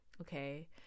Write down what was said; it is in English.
okay